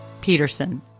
Peterson